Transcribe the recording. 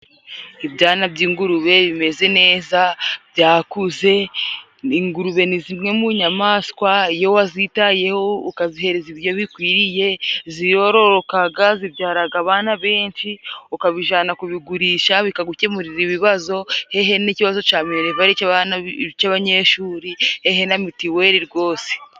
Ibyana by'ingurube bimeze neza byakuze. Ingurube ni zimwe mu nyamaswa iyo wazitayeho ukazihereza ibiryo bikwiriye, zirororokaga, zibyaraga abana benshi, ukabijana kubigurisha, bikagukemurira ibibazo, hehe n'ikibazo ca minerivale c'abanyeshuri, hehe na mitiweli rwose.